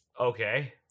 Okay